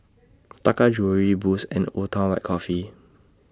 Taka Jewelry Boost and Old Town White Coffee